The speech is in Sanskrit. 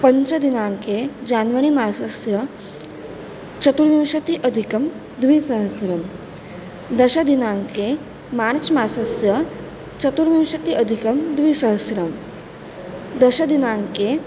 पञ्चमदिनाङ्के जान्वरि मासस्य चतुर्विंशत्यधिकद्विसहस्रं दशमदिनाङ्के मार्च् मासस्य चतुर्विंशत्यधिकद्विसहस्रं दशमदिनाङ्के